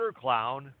Clown